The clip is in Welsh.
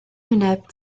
hwyneb